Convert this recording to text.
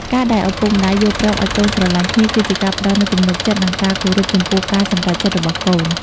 ការដែលឪពុកម្ដាយយល់ព្រមឱ្យកូនស្រឡាញ់គ្នា គឺជាការផ្ដល់នូវទំនុកចិត្ត និងការគោរពចំពោះការសម្រេចចិត្តរបស់កូន។